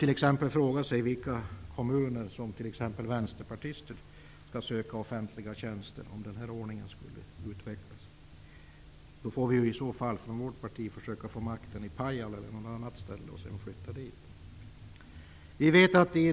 Man kan fråga sig i vilka kommuner som t.ex. vänsterpartister skall söka offentliga tjänster om den här ordningen utvecklas. I så fall får vi i vårt parti försöka få makten i t.ex. Pajala, och sedan får vi väl flytta dit.